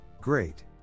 great